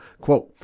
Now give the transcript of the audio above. quote